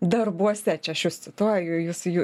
darbuose čia aš jus cituoju jus jų